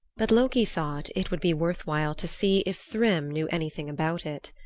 but loki thought it would be worth while to see if thrym knew anything about it.